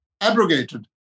abrogated